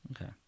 Okay